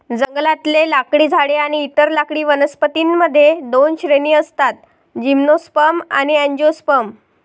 जंगलातले लाकडी झाडे आणि इतर लाकडी वनस्पतीं मध्ये दोन श्रेणी असतातः जिम्नोस्पर्म आणि अँजिओस्पर्म